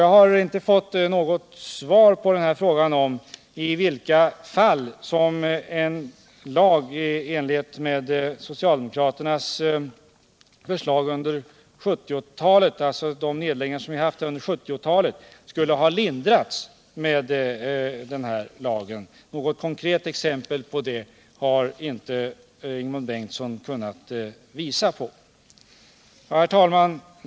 Jag har inte fått något svar på frågan i vilka fall nedläggningar som gjorts under 1970-talet skulle ha lindrats av en lag i enlighet med socialdemokraternas förslag. Något konkret exempel på detta har Ingemund Bengtsson inte kunnat ge. Herr talman!